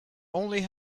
only